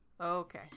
okay